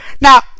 Now